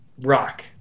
Rock